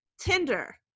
Tinder